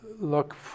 look